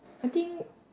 I think